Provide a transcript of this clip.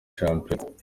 shampiyona